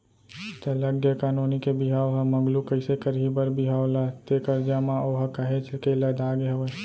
त लग गे का नोनी के बिहाव ह मगलू कइसे करही बर बिहाव ला ते करजा म ओहा काहेच के लदागे हवय